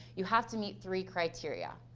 you have to meet three criteria.